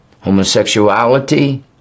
Homosexuality